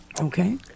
Okay